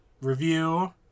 review